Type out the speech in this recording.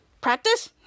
Practice